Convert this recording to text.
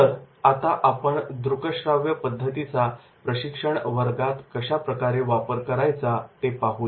तर आता आपण दृकश्राव्य पद्धतीचा प्रशिक्षणवर्गात कशाप्रकारे वापर करायचा ते पाहूया